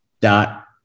dot